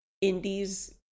indies